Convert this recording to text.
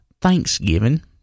thanksgiving